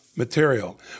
material